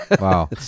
Wow